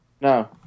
No